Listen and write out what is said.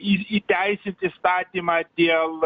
įsiteisint įstatymą dėl